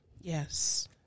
Yes